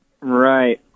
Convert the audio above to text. Right